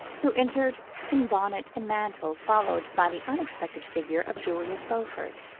who entered in bonnet and mantle followed by the unexpected figure of julius beaufort.